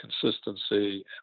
consistency